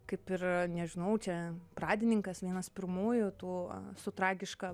kaip ir nežinau čia pradininkas vienas pirmųjų tų su tragiška